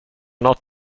not